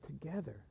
together